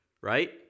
right